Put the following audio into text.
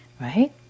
right